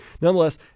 Nonetheless